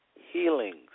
healings